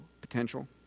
potential